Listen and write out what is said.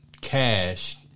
cash